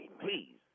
please